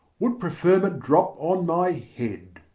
would preferment drop on my head.